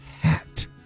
Hat